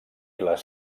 les